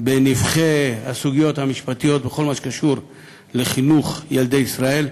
בנבכי הסוגיות המשפטיות בכל הקשור לחינוך ילדי ישראל.